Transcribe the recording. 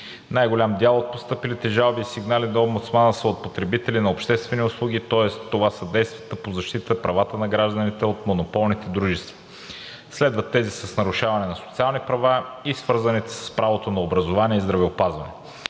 Най-голям дял от постъпилите жалби и сигнали до омбудсмана са от потребители на обществени услуги, тоест това са действията по защита правата на гражданите от монополните дружества, следват тези с нарушаване на социални права и свързаните с правото на образование и здравеопазване.